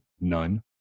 None